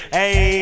Hey